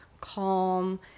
calm